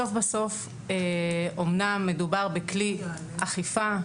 בסוף אמנם מדובר בכלי אכיפה,